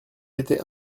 était